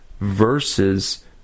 versus